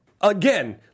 again